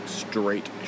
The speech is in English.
straight